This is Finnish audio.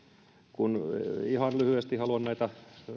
ihan lyhyesti haluan näitä